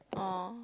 oh